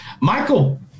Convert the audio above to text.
Michael